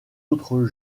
autres